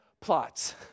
plots